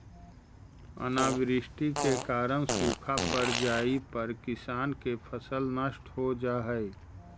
अनावृष्टि के कारण सूखा पड़ जाए पर किसान के फसल नष्ट हो जा हइ